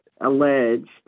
alleged